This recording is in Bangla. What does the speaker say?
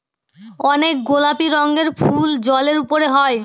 এক গোলাপি রঙের ফুল জলের উপরে হয়